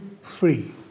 free